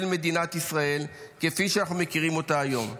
מדינת ישראל כפי שאנחנו מכירים אותה היום.